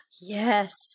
Yes